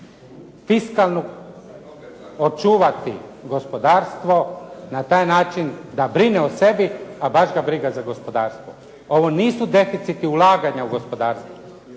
fiskalnu, očuvati gospodarstvo, na taj način da brine o sebi a baš ga briga za gospodarstvo. Ovo nisu deficiti ulaganja u gospodarstvo